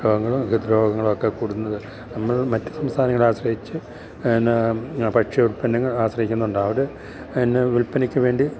രോഗങ്ങളും ഹൃദ്രോഗങ്ങളുമൊക്കെ കൂടുന്നത് നമ്മൾ മറ്റു സംസ്ഥാനങ്ങളെ ആശ്രയിച്ച് പിന്നെ ഭക്ഷ്യ ഉൽപ്പന്നങ്ങൾ ആശ്രയിക്കുന്നുണ്ട് അവര് പിന്നെ വില്പനയ്ക്കുവേണ്ടി